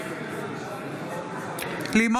נגד